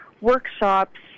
workshops